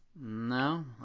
No